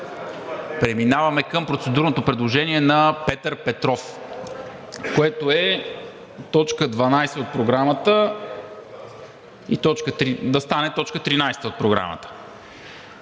Преминаваме към процедурното предложение на Петър Петров, което е т. 12 от Програмата да стане т. 13 от Програмата.